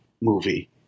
movie